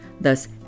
Thus